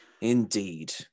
Indeed